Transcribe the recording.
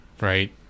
right